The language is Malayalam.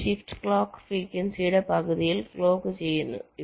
ഈ ഷിഫ്റ്റ് ക്ലോക്ക് ഫ്രീക്വൻസിയുടെ പകുതിയിൽ ക്ലോക്ക് ചെയ്യുന്നു